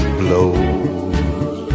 blows